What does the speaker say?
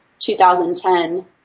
2010